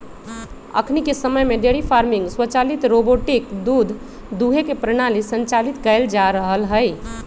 अखनिके समय में डेयरी फार्मिंग स्वचालित रोबोटिक दूध दूहे के प्रणाली संचालित कएल जा रहल हइ